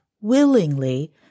willingly